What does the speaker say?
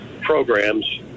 programs